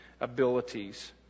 abilities